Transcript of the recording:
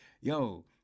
Yo